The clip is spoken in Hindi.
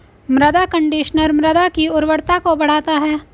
मृदा कंडीशनर मृदा की उर्वरता को बढ़ाता है